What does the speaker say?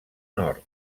nord